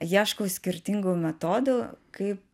ieškau skirtingų metodų kaip